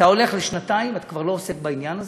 ואתה הולך לשנתיים ואתה כבר לא עוסק בעניין הזה,